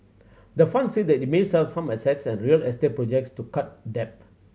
the fund said it may sell some assets and real estate projects to cut debt